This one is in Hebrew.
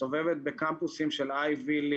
מסתובבת בקמפוסים של Ivy League